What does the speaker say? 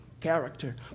character